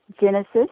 Genesis